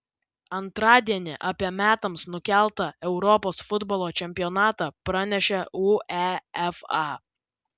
antradienį apie metams nukeltą europos futbolo čempionatą pranešė uefa